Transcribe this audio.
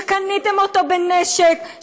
שקניתם בנשק,